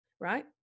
right